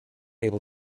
able